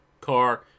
car